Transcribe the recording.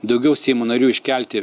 daugiau seimo narių iškelti